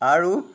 আৰু